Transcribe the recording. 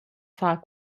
far